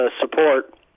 support